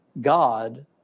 God